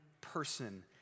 person